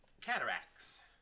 cataracts